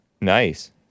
Nice